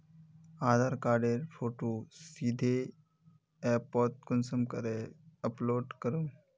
आधार कार्डेर फोटो सीधे ऐपोत कुंसम करे अपलोड करूम?